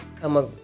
come